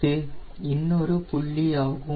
இது இன்னொரு புள்ளியாகும்